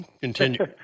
Continue